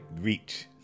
reach